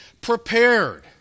prepared